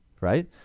right